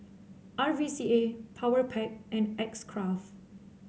R V C A Powerpac and X Craft